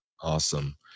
Awesome